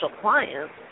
clients